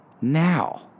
now